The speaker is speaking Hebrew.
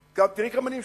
תראי כמה אני משונה,